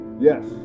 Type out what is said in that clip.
Yes